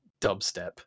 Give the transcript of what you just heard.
dubstep